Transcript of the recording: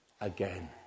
again